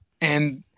And-